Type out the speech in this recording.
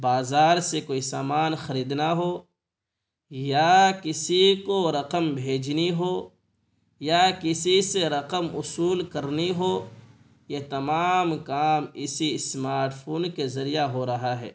بازار سے کوئی سامان خریدنا ہو یا کسی کو رقم بھیجنی ہو یا کسی سے رقم وصول کرنی ہو یہ تمام کام اسی اسمارٹ فون کے ذریعہ ہو رہا ہے